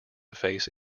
face